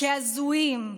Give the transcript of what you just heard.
כהזויים,